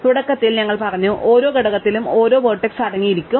അതിനാൽ തുടക്കത്തിൽ ഞങ്ങൾ പറഞ്ഞു ഓരോ ഘടകത്തിലും ഒരു വെർട്ടിസ്സ് അടങ്ങിയിരിക്കും